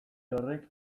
horrek